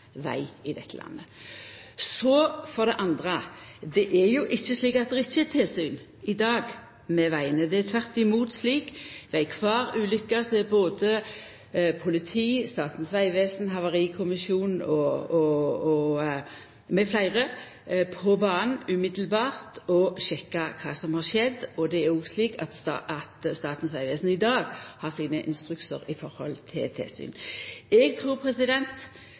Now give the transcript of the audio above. veg i dette landet. Så for det andre: Det er jo ikkje slik at det i dag ikkje er tilsyn med vegane. Det er tvert imot slik at ved ei kvar ulykke er både politiet, Statens vegvesen, Havarikommisjonen m.fl. på banen umiddelbart og sjekkar kva som har skjedd. Det er òg slik at Statens vegvesen i dag har sine instruksar for tilsyn. Eg trur